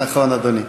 נכון, אדוני.